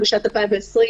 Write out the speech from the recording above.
בשנת 2020,